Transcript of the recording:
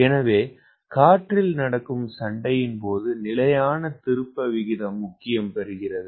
எனவே காற்றில் நடக்கும் சண்டையின் பொது நிலையான திருப்ப விகிதம் முக்கியம் பெறுகிறது